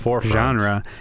genre